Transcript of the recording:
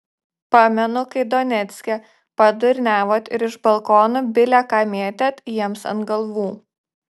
pamenu kai donecke padurniavot ir iš balkonų bile ką mėtėt jiems ant galvų